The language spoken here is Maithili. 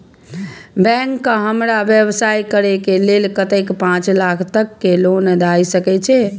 बैंक का हमरा व्यवसाय करें के लेल कतेक पाँच लाख तक के लोन दाय सके छे?